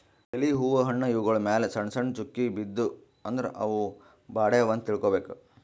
ಎಲಿ ಹೂವಾ ಹಣ್ಣ್ ಇವ್ಗೊಳ್ ಮ್ಯಾಲ್ ಸಣ್ಣ್ ಸಣ್ಣ್ ಚುಕ್ಕಿ ಬಿದ್ದೂ ಅಂದ್ರ ಅವ್ ಬಾಡ್ಯಾವ್ ಅಂತ್ ತಿಳ್ಕೊಬೇಕ್